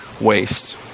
waste